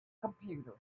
computer